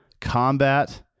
combat